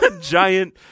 giant